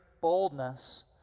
boldness